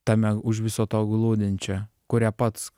tame už viso to glūdinčią kurią pats